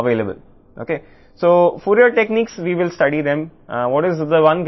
కాబట్టి అనేక సాధనాలు మరియు సాంకేతికతలు అందుబాటులో ఉన్నాయి